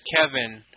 Kevin